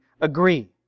agree